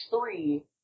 three